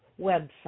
website